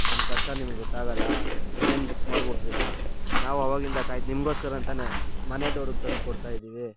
ನಮ್ಮ ಕಷ್ಟ ನಿಮ್ಗೆ ಗೊತ್ತಾಗೊಲ್ಲ ನೀವೇನು ಬುಕ್ ಮಾಡ್ಬಿಡ್ತೀರಾ ನಾವು ಆವಾಗಿಂದ ಕಾಯಿ ನಿಮಗೋಸ್ಕರ ಅಂತಾನೆ ಮನೆ ಡೋರಿಗೆ ತಂದುಕೊಡ್ತಾ ಇದ್ದೀವಿ